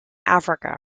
africa